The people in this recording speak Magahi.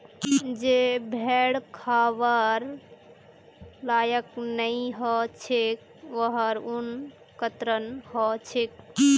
जे भेड़ खबार लायक नई ह छेक वहार ऊन कतरन ह छेक